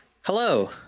Hello